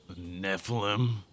Nephilim